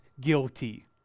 guilty